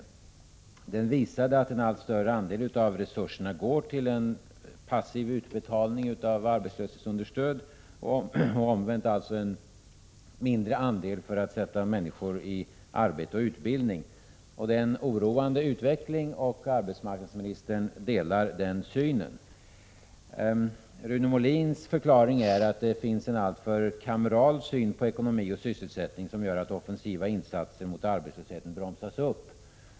Sammanställningen visade att en allt större andel av resurserna går till en passiv utbetalning av arbetslöshetsunderstöd och, omvänt, att en mindre andel går till att sätta människor i arbete och utbildning. Det är en oroande utveckling. Arbetsmarknadsministern delar den synen. Rune Molins förklaring är att det finns en alltför kameral syn på ekonomi och sysselsättning, som gör att offensiva insatser mot arbetslösheten bromsas upp.